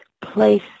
place